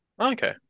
okay